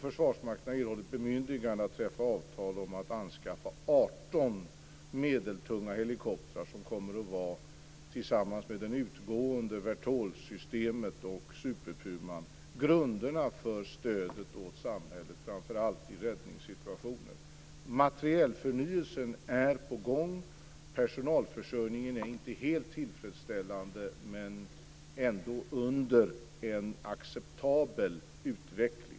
Försvarsmakten har erhållit bemyndigande att träffa avtal om att anskaffa 18 medeltunga helikoptrar som tillsammans med det utgående Vertolsystemet och Superpuman kommer att vara grunderna för stödet åt samhället, framför allt i räddningssituationer. Materielförnyelsen är på gång. Personalförsörjningen är inte helt tillfredsställande, men ändå under en acceptabel utveckling.